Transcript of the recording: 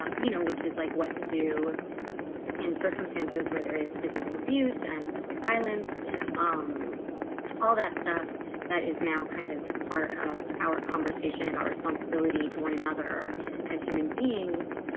ah you know, which is like what to do in circumstances where there is physical abuse and domestic violence and um all that stuff that is now kind of part of our conversation about responsibility to one another as human beings.